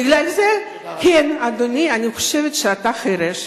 בגלל זה, כן, אדוני, אני חושבת שאתה חירש.